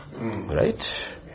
Right